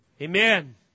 Amen